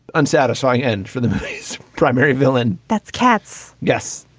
unsatisfying end for the movie's primary villain that's cats. yes,